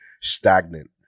stagnant